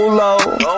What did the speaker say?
low